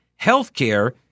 healthcare